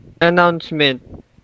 announcement